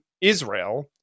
Israel